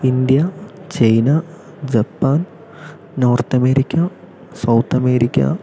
India China Japan north America south America